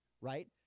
right